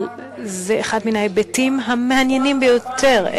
אבל זה אחד מן ההיבטים המעניינים ביותר,